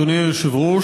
אדוני היושב-ראש,